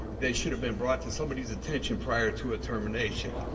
that should have been brought to somebody's attention prior to a termination.